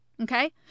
Okay